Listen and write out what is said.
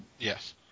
Yes